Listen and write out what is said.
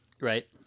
Right